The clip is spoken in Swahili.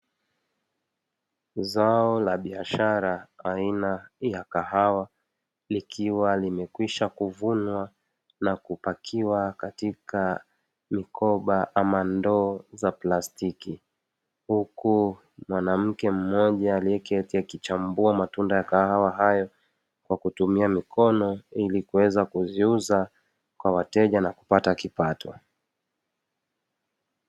Zao la biashara aina ya kahawa likiwa limekwisha kuvunwa na kupakiwa katika mikoba, ama ndoo za plastiki. Huku mwanamke mmoja aliyeketi akichambua matunda ya kahawa hayo, kwa kutumia mikono ili kuweza kuziuza kwa wateja na kupata kipato.